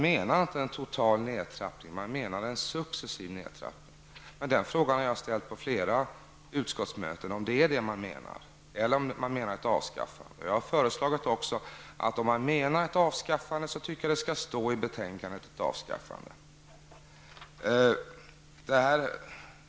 Det är inte en total nedtrappning som avses, utan man avser en successiv nedtrappning. Jag har, som sagt, frågat på flera utskottsmöten vad som menas. Jag har sagt att det skall framgå av betänkandet om man menar att det skall vara ett avskaffande.